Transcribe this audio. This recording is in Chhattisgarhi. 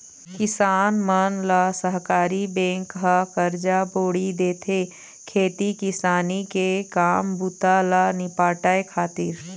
किसान मन ल सहकारी बेंक ह करजा बोड़ी देथे, खेती किसानी के काम बूता ल निपाटय खातिर